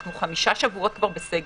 אנחנו 5 שבועות כבר בסגר,